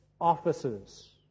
offices